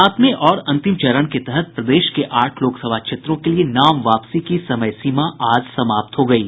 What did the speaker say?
सातवें और अंतिम चरण के तहत प्रदेश के आठ लोकसभा क्षेत्रों के लिये नाम वापसी की समय सीमा आज समाप्त हो गयी